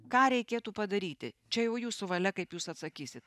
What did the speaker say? ką reikėtų padaryti čia jau jūsų valia kaip jūs atsakysit